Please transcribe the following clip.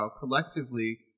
collectively